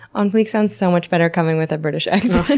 on fleek sounds so much better coming with a british accent.